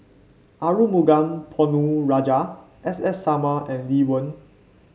Arumugam Ponnu Rajah S S Sarma and Lee Wen